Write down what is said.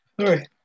Sorry